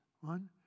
One